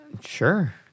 Sure